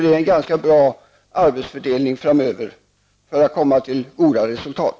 Det är en ganska bra arbetsfördelning framöver för att åstadkomma goda resultat.